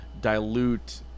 dilute